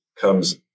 comes